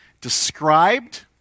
described